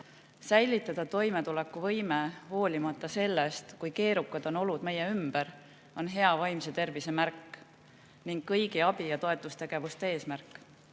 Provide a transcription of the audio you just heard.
Säilitada toimetulekuvõime olenemata sellest, kui keerukad on olud meie ümber – see on hea vaimse tervise märk ning kõigi abi‑ ja toetustegevuste eesmärk.